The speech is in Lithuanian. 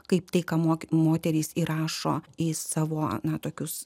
kaip tai ką moki moterys įrašo į savo na tokius